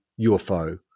UFO